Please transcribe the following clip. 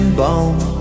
bone